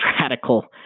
radical